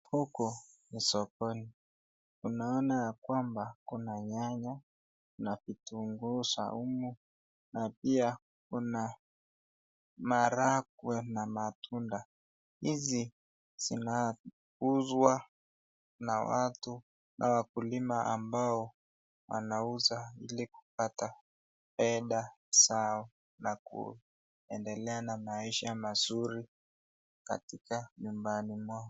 Huku ni sokoni . Tunaona ya kwamba kuna nyanya na vitunguu saumu na pia kuna maharagwe na matunda . Hizi zinauzwa na watu na wakulima ambao wanauza ili kupata fedha zao na kuendelea na maisha mazuri katika nyumbani mwao.